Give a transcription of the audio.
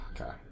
Okay